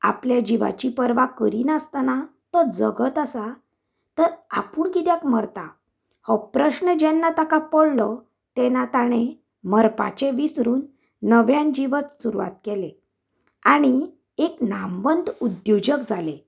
आपले जिवाची पर्वा करिनासतना तो जगत आसा तर आपूण कित्याक मरता हो प्रस्न जेन्ना ताका पडलो तेन्ना ताणें मरपाचें विसरून नव्यान जिवन सुरवात केलें आनी एक नामवंत उद्द्योजक जाले